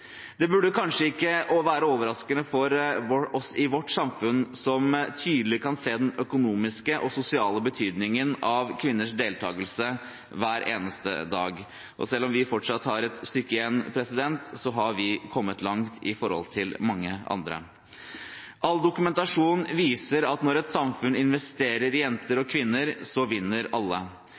Det burde kanskje ikke være overraskende for oss i vårt samfunn, som tydelig kan se den økonomiske og sosiale betydningen av kvinners deltakelse hver eneste dag. Og selv om vi fortsatt har et stykke igjen, så har vi kommet langt i forhold til mange andre. All dokumentasjon viser at når et samfunn investerer i jenter og kvinner, så vinner alle.